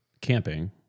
camping